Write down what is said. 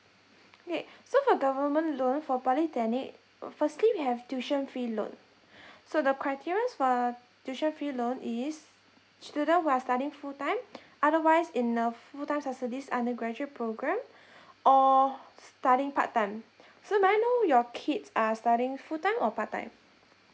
okay so for government loan for polytechnic firstly we have tuition fee loan so the criteria's for tuition fee loan is student who are studying full time otherwise in a full time subsidies undergraduate programme or studying part time so may I know your kids are studying full time or part time